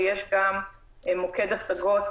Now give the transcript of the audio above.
ויש גם מוקד השגות,